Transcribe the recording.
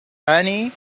annie